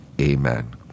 Amen